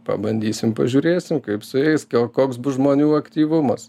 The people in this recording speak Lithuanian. pabandysim pažiūrėsim kaip su jais koks bus žmonių aktyvumas